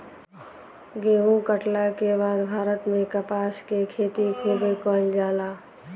गेहुं काटला के बाद भारत में कपास के खेती खूबे कईल जाला